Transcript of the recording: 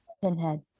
Pinhead